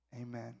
Amen